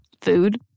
Food